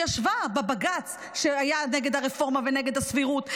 היא ישבה בבג"ץ שהיה נגד הרפורמה ונגד הסבירות,